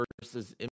versus